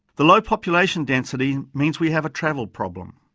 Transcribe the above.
the low population density means we have a travel problem.